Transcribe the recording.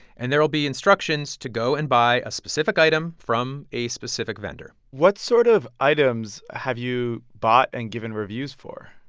and there will be instructions to go and buy a specific item from a specific vendor what sort of items have you bought and given reviews for?